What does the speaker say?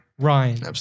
Ryan